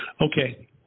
Okay